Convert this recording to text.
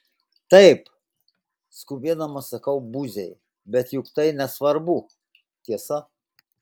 taip skubėdamas sakau buziai bet juk tai nesvarbu tiesa